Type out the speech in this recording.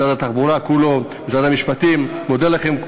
משרד התחבורה כולו, משרד המשפטים, אני מודה לכם.